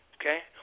okay